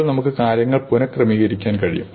ഇപ്പോൾ നമുക്ക് കാര്യങ്ങൾ പുനക്രമീകരിക്കാൻ കഴിയും